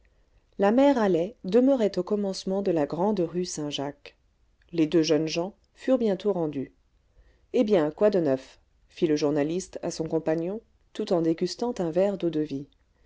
la mère halley demeurait au commencement de la grande rue saint-jacques les deux jeunes gens furent bientôt rendus eh bien quoi de neuf fit le journaliste à son compagnon tout en dégustant un verre d'eau-de-vie